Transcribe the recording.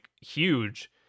huge